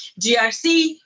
GRC